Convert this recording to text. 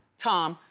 tom,